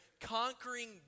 conquering